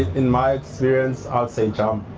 in my experience, i'll say jump,